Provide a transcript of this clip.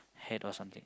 hat or something